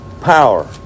power